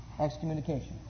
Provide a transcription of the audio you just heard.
Excommunication